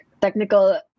technical